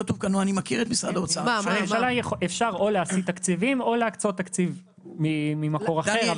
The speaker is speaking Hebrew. להסיט תקציבים או להקצות תקציב ממקור אחר,